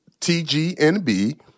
TGNB